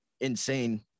insane